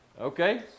Okay